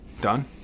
Done